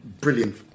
Brilliant